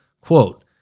quote